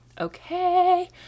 okay